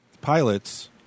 pilots